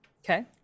Okay